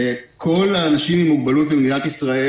כל האנשים עם מוגבלות במדינת ישראל